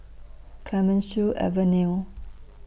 Clemenceau Avenue